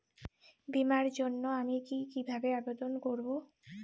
বিমার জন্য আমি কি কিভাবে আবেদন করব?